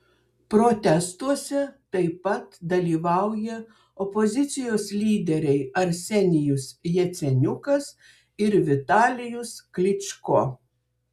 protestuose taip pat dalyvauja opozicijos lyderiai arsenijus jaceniukas ir vitalijus klyčko